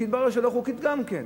שהתברר שהיא לא חוקית גם כן.